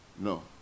No